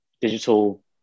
digital